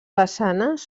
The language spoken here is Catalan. façanes